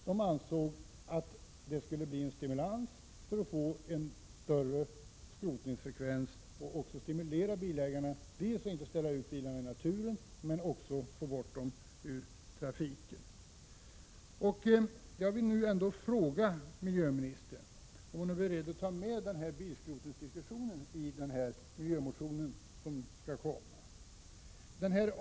Man ansåg att det skulle innebära en stimulans till större skrotningsfrekvens och också få bilägarna att inte ställa ut bilarna i naturen samt bidra till att få bort dessa bilar ur trafiken. Jag vill fråga miljöministern om hon är beredd att ha med bilskrotningsfrågan i den miljöproposition som skall komma.